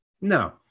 no